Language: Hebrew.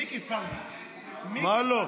לא.